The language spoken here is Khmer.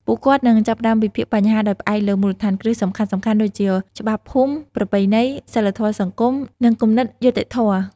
ពួកគាត់នឹងចាប់ផ្តើមវិភាគបញ្ហាដោយផ្អែកលើមូលដ្ឋានគ្រឹះសំខាន់ៗដូចជា ច្បាប់ភូមិ ប្រពៃណី សីលធម៌សង្គម និងគំនិតយុត្តិធម៌។